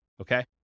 okay